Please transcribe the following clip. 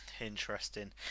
interesting